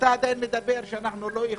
ואתה אומר שאנחנו לא יכולים.